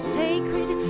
sacred